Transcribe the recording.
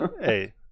Hey